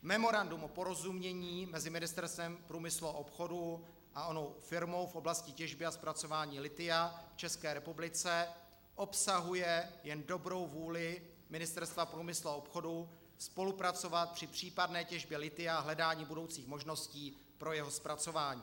Memorandum o porozumění mezi Ministerstvem průmyslu a obchodu a onou firmou v oblasti těžby a zpracování lithia v České republice obsahuje jen dobrou vůli Ministerstva průmyslu a obchodu spolupracovat při případné těžbě lithia v hledání budoucích možností pro jeho zpracování.